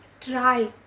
try